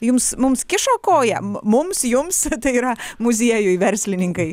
jums mums kišo koją mums jums tai yra muziejui verslininkai